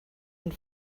and